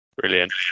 Brilliant